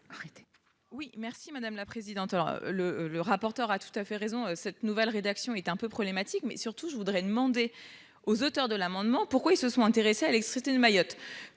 Oui merci madame la présidente. Alors le, le rapporteur a tout à fait raison. Cette nouvelle rédaction est un peu problématique mais surtout je voudrais demander aux auteurs de l'amendement, pourquoi ils se sont intéressés à l'ex-Christine Mayotte